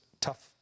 tough